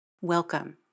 Welcome